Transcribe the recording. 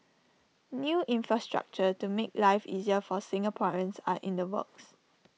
new infrastructure to make life easier for Singaporeans are in the works